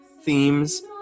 themes